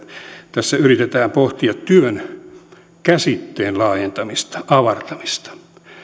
tässä yritetään pohtia työn käsitteen laajentamista avartamista